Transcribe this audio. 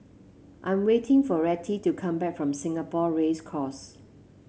I'm waiting for Rettie to come back from Singapore Race Course